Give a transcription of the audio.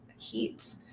heat